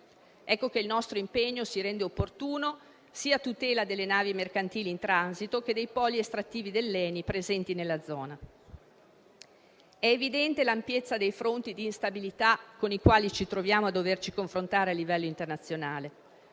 Il nostro impegno si rende dunque opportuno, sia a tutela delle navi mercantili in transito, che dei poli estrattivi dell'ENI, presenti nella zona. È evidente l'ampiezza dei fronti di instabilità, con i quali ci troviamo a doverci confrontare a livello internazionale.